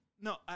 No